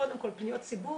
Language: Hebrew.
קודם כל פניות ציבור,